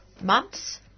months